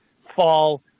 fall